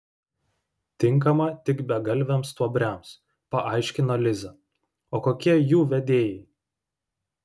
tinkama tik begalviams stuobriams paaiškino liza o kokie jų vedėjai